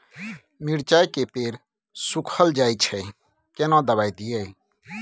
मिर्चाय के पेड़ सुखल जाय छै केना दवाई दियै?